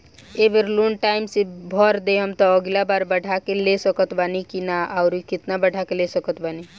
ए बेर loan time से भर देहम त अगिला बार बढ़ा के ले सकत बानी की न आउर केतना बढ़ा के ले सकत बानी?